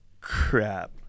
Crap